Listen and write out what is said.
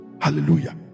Hallelujah